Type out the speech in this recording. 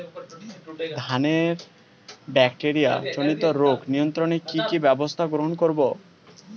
ধানের ব্যাকটেরিয়া জনিত রোগ নিয়ন্ত্রণে কি কি ব্যবস্থা গ্রহণ করব?